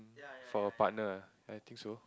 for a partner I think so